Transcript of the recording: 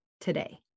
today